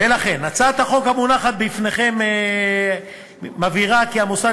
ולכן הצעת החוק המונחת בפניכם מבהירה כי המוסד